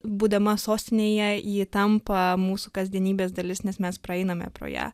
būdama sostinėje ji tampa mūsų kasdienybės dalis nes mes praeiname pro ją